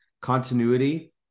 continuity